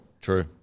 True